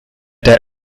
der